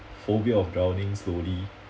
phobia of drowning slowly